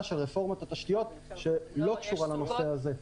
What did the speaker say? שרפורמת התשתיות שלא קשורה לנושא הזה.